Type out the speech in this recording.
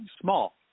small